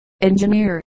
engineer